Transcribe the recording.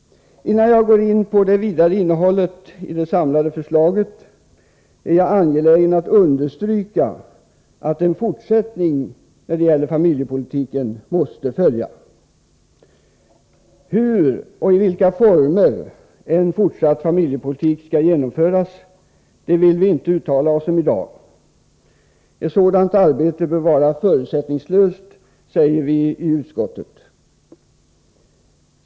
Innan jag går in på det vidare innehållet i det samlade förslaget är jag angelägen understryka att det måste följa en fortsättning när det gäller familjepolitiken. Hur och i vilka former den fortsatta familjepolitiken skall genomföras vill vi inte uttala oss om i dag. Sådant arbete bör vara förutsättningslöst, säger vi i utskottet.